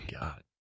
god